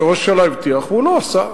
כי ראש הממשלה הבטיח והוא לא עשה.